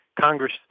Congress